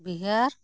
Bihar